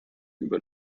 über